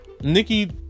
Nikki